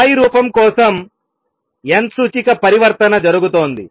స్థాయి రూపం కోసం n సూచిక పరివర్తన జరుగుతోంది